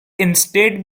instead